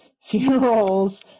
funerals